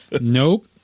Nope